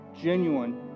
genuine